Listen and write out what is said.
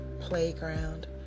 playground